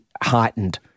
heightened